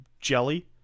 jelly